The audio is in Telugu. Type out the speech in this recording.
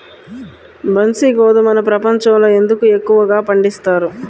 బన్సీ గోధుమను ప్రపంచంలో ఎందుకు ఎక్కువగా పండిస్తారు?